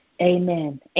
amen